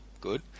good